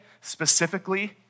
specifically